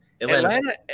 Atlanta